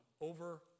over